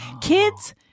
Kids